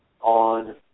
on